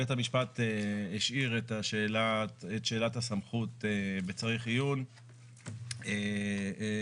בית המשפט השאיר את שאלת הסמכות בצריך עיון וקבע